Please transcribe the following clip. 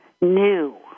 new